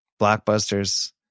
Blockbusters